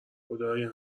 خدایا